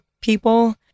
people